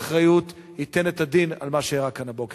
באחריות ייתן את הדין על מה שאירע כאן הבוקר.